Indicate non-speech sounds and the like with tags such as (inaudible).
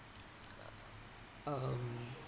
(breath) (noise) um